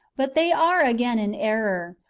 but they are again in error,